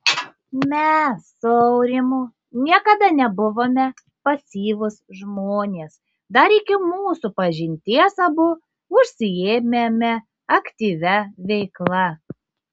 mes su aurimu niekada nebuvome pasyvūs žmonės dar iki mūsų pažinties abu užsiėmėme aktyvia veikla